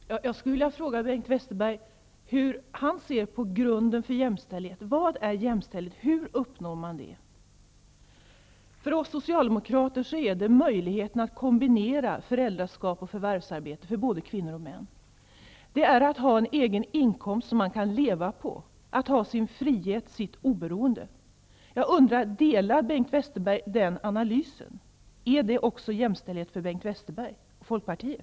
Herr talman! Jag skulle vilja fråga Bengt Westerberg hur han ser på detta med grunden för jämställdhet. Vad är jämställdhet? Hur uppnår man den? För oss socialdemokrater är jämställdhet detsamma som möjligheten att kunna kombinera föräldraskap och förvärvsarbete för både kvinnor och män. Jämställdhet är att ha en egen inkomst, som man kan leva av, och att ha sin frihet och sitt oberoende. Jag undrar om Bengt Westerberg har samma syn på analysen. Är detta jämställdhet även för Bengt Westerberg och för Folkpartiet.